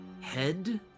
Head